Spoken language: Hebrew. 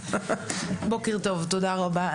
בוקר טוב, תודה רבה.